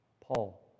Paul